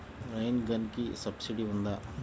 Rain గన్కి subsidy ఉందా?